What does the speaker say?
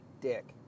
dick